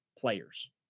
players